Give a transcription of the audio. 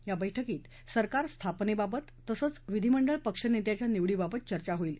या बैठकीत सरकार स्थापनेबाबत तसंच विधिमंडळ पक्ष नेत्याच्या निवडीबाबत चर्चा होईल